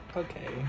okay